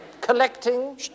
...collecting